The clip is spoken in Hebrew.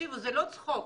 זה לא צחוק.